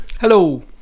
Hello